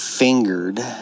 Fingered